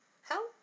help